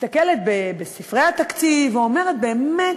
מסתכלת בספרי התקציב ואומרת: באמת,